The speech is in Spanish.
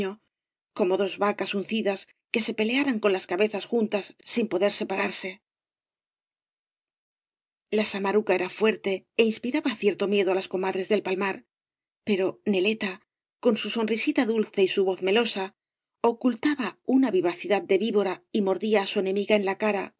como dos vacas uncidas que se pelearan con las cabezas juntas sin poder separarse la samaruca era fuerte é inspiraba cierto miedo á las comadres del palmar pero neleta con su sonrisita dulce y su voz melosa ocultaba una vivacidad de víbora y mordía á su enemiga en la cara